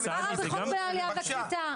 מה רע בחוק בעלייה וקליטה?